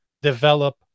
develop